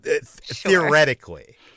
theoretically